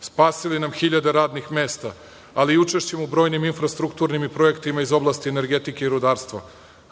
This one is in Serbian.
spasili nam hiljade radnih mesta, ali i učešćem u brojnim infrastrukturnim i projektima iz oblasti energetike i rudarstva.